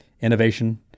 innovation